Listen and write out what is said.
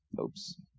Oops